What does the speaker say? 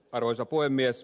arvoisa puhemies